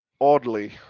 oddly